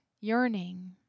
yearning